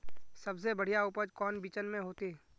सबसे बढ़िया उपज कौन बिचन में होते?